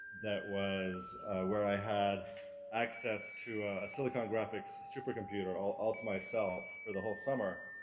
that was where i had access to a silicon graphics supercomputer all, all to myself, for the whole summer,